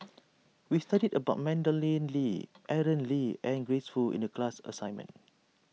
we studied about Madeleine Lee Aaron Lee and Grace Fu in the class assignment